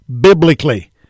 biblically